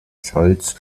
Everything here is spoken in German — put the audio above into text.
scholz